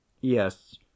Yes